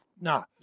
no